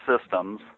systems